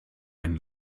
ein